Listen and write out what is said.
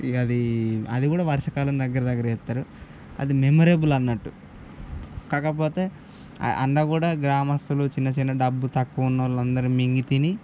ఇంక అదీ అది కూడా వర్షాకాలం దగ్గర దగ్గర చేస్తారు అది మెమొరబుల్ అన్నట్టు కాకపోతే అక్కడ కూడా గ్రామస్తులు చిన్న చిన్న డబ్బు తక్కువ ఉన్నవాళ్ళందరూ మింగి తిని